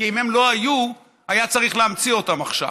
כי אם הם לא היו, היה צריך להמציא אותם עכשיו.